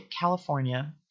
California